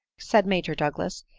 said major douglas,